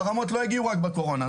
החרמות לא הגיעו רק בקורונה,